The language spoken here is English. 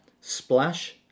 Splash